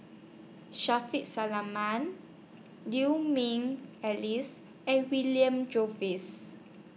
Shaffiq Selamat Liu Ming Ellis and William Jervois